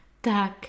Tak